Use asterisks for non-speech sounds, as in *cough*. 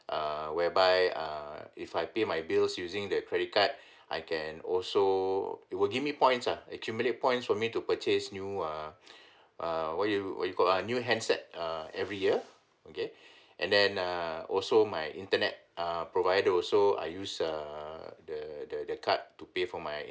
err whereby err if I pay my bills using that credit card *breath* I can also it will give me points lah accumulate points for me to purchase new ah *breath* ah what you what you called ah new handset ah every year okay *breath* and then err also my internet uh provider also I use err the the the card to pay for my